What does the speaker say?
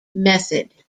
method